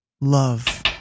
love